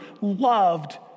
loved